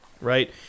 right